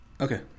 Okay